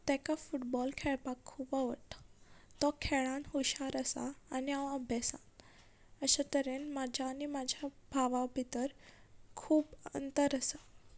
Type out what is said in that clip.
तेका फुटबॉल खेळपाक खूब आवडटा तो खेळान हुशार आसा आनी हांव अभ्यासान अशें तरेन म्हाज्या आनी म्हाज्या भावा भितर खूब अंतर आसा